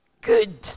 Good